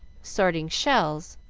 sorting shells,